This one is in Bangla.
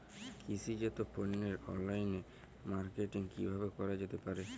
কৃষিজাত পণ্যের অনলাইন মার্কেটিং কিভাবে করা যেতে পারে?